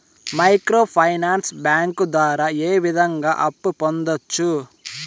micro finance bank ద్వారా ఏ విధంగా అప్పు పొందొచ్చు